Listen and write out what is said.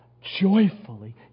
joyfully